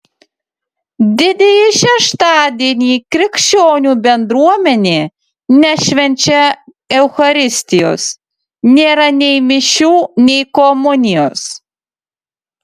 didįjį šeštadienį krikščionių bendruomenė nešvenčia eucharistijos nėra nei mišių nei komunijos